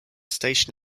station